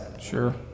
Sure